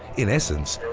in essence,